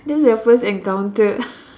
that's the first encounter